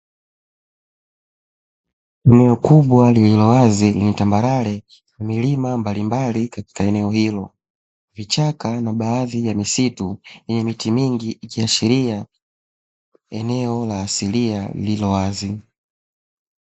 Eneo kubwa lililo wazi lenye tambarare milima mbalimbali katika eneo hilo, vichaka na baadhi ya misitu yenye miti mingi ikiashiria eneo la asilia lililo wazi.